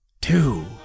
Two